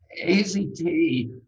AZT